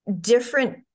Different